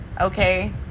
okay